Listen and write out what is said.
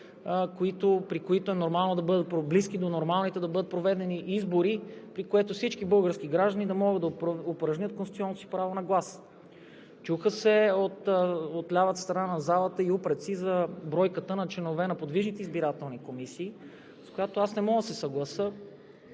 при които е нормално да бъдат проведени избори и всички български граждани да могат да упражнят конституционното си право на глас. От лявата страна на залата се чуха упреци и за бройката на членовете на подвижните избирателни комисии, с която не мога да се съглася.